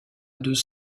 deux